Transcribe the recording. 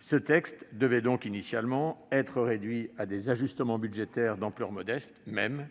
Ce texte devait donc initialement se limiter à des ajustements budgétaires d'ampleur modeste, même